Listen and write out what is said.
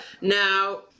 Now